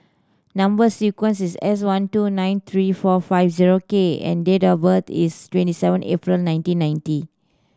number sequence is S one two nine three four five zero K and date of birth is twenty seven April nineteen ninety